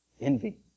Envy